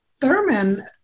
Thurman